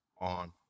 on